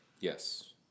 Yes